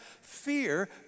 fear